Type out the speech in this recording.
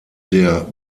der